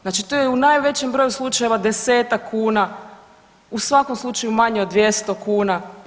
Znači to je u najvećim broju slučajeva 10-tak kuna u svakom slučaju manje od 200 kuna.